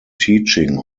teaching